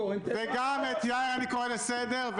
וגם את יאיר אני קורא לסדר.